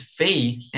faith